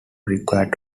required